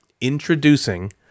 Introducing